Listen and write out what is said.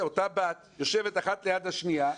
אותה בת יושבת אחת ליד השנייה,